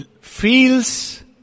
feels